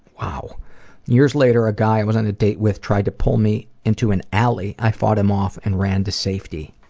years later a guy i was on a date with tried to pull me into an alley, i fought him off and ran to safety.